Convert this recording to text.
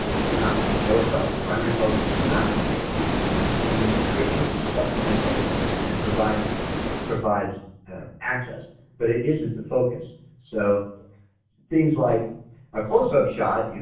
it's not the show itself. the primary focus is is not the description, kind of but the description is supplemental and provides provides access but it isn't the focus so things like a close up shot, you know,